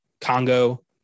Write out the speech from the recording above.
Congo